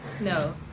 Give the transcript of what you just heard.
no